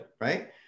right